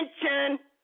attention